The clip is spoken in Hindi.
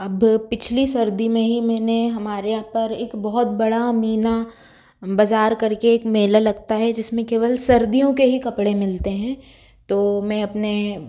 अब पिछले सर्दी में ही मैंने हमारे या पर एक बहुत बड़ा मीना बाज़ार करके एक मेला लगता है जिसमें केवल सर्दियों के ही कपड़े मिलते हैं तो मैं अपने